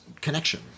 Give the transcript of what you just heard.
connection